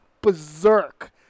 berserk